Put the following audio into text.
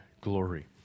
glory